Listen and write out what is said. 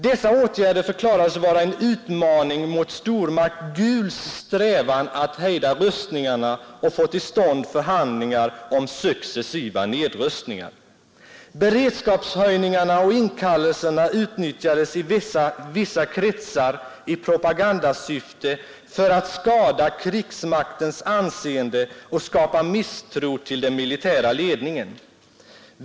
Dessa åtgärder förklarades vara en utmaning mot stormakt GUL:s strävan att hejda rustningarna och få till stånd förhandlingar om successiva nedrustningar. Beredskapshöjningarna och inkallelserna utnyttjades i vissa kretsar i propagandasyfte för att skada krigsmaktens anseende och skapa misstro till den militära ledningen.